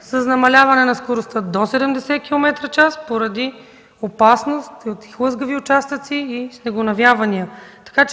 с намаляване на скоростта до 70 км в час поради опасност от хлъзгави участъци и снегонавявания.